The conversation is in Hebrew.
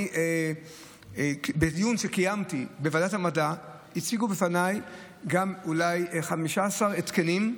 בדיון שקיימתי בוועדת המדע הציגו בפניי אולי 15 התקנים,